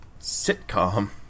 sitcom